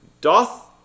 Doth